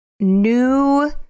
new